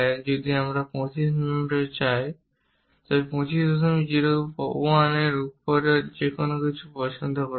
যদি আমি 25 মিমি চাই তবে 2501 এর উপরে যেকোন কিছু পছন্দ করা হয়